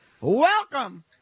Welcome